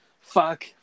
Fuck